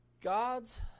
God's